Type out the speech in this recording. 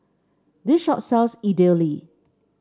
this shop sells Idili